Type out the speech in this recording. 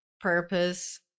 purpose